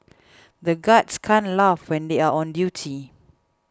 the guards can't laugh when they are on duty